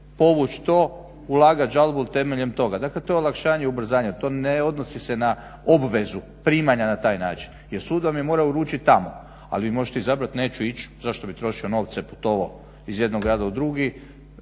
povući to, ulagat žalbu temeljem toga. Dakle, to je olakšanje i ubrzanje, to ne odnosi se na obvezu, primanja na taj način. Jer sud vam je morao uručiti tamo, ali vi možete izabrat neću ić, zašto bi trošio novce i putova iz jednog grada u drugi,